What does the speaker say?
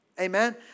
Amen